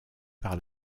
par